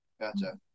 Gotcha